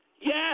Yes